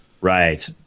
Right